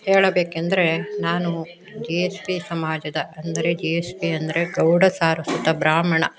ಹೇಳಬೇಕೆಂದರೆ ನಾನು G S B ಸಮಾಜದ ಅಂದರೆ ಜಿ ಎಸ್ ಬಿ ಅಂದರೆ ಗೌಡ ಸಾರಸ್ವತ ಬ್ರಾಹ್ಮಣ